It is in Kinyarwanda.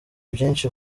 byinshi